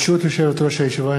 ברשות יושבת-ראש הישיבה,